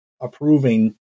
approving